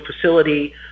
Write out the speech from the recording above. facility